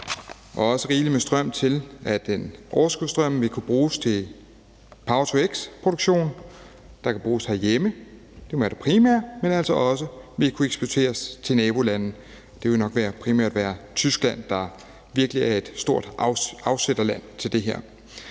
er også rigelig med strøm til, at overskudsstrømmen vil kunne bruges til power-to-x-produktion, der kan bruges herhjemme – det vil være det primære – men altså også vil kunne eksporteres til nabolande. Det vil nok primært være Tyskland, der virkelig er et stort afsætterland til det her.